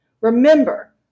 Remember